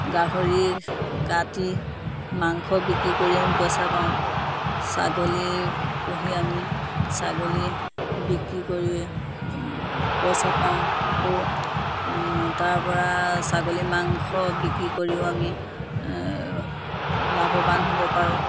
গাহৰি কাটি মাংস বিক্ৰী কৰি আমি পইচা পাওঁ ছাগলী পুহি আমি ছাগলী বিক্ৰী কৰি পইচা পাওঁ আকৌ তাৰ পৰা ছাগলী মাংস বিক্ৰী কৰিও আমি লাভৱান হ'ব পাৰোঁ